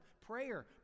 Prayer